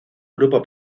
grupo